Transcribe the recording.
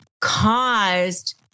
caused